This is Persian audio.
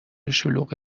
شلوغ